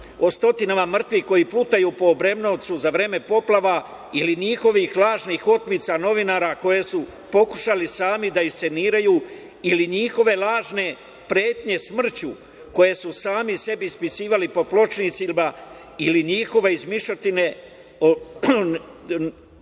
stotinama mrtvih koji plutaju po Obrenovcu za vreme poplava ili njihovih lažnih otmica novinara koje su pokušali sami da isceniraju ili njihove lažne pretnje smrću koje su sami sebi ispisivali po pločnicima ili njihove izmišljotine